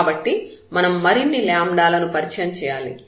కాబట్టి మనం మరిన్ని లను పరిచయం చేయాలి